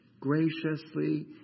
Graciously